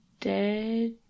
Dead